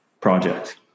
project